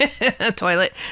toilet